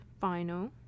final